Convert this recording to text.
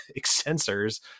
extensors